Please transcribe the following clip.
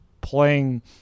playing